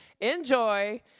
Enjoy